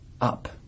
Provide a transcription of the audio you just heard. up